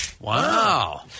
Wow